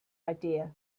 idea